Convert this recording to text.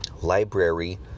library